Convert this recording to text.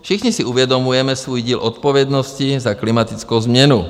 Všichni si uvědomujeme svůj díl odpovědnosti za klimatickou změnu.